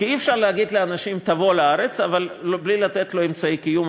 כי אי-אפשר להגיד לאדם "תבוא לארץ" בלי לתת לו אמצעי קיום,